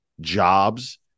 jobs